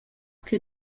che